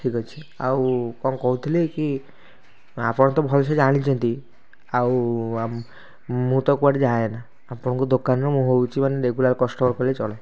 ଠିକ୍ ଅଛି ଆଉ କଣ କହୁଥିଲି କି ଆପଣ ତ ଭଲସେ ଜାଣିଛନ୍ତି ଆଉ ଆମ ମୁଁ ତ କୁଆଡ଼େ ଯାଏନା ଆପଣଙ୍କ ଦୋକାନରୁ ମୁଁ ହେଉଛି ମାନେ ରେଗୁଲାର୍ କଷ୍ଟମର୍ କହିଲେ ଚଳେ